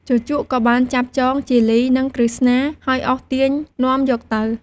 ជូជកក៏បានចាប់ចងជាលី និងក្រឹស្នា ហើយអូសទាញនាំយកទៅ។